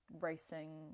racing